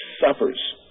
suffers